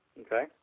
Okay